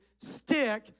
stick